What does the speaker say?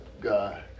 God